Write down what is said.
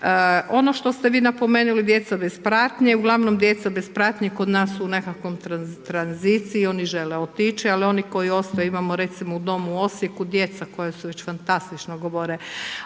Ono što ste vi napomenuli djeca bez pratnje, uglavnom djeca bez pratnje kod nas su u nekakvom tranziciji, oni žele otići, ali oni koji ostaju, imamo recimo u domu Osijeku djeca koja su već fantastično govore